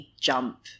jump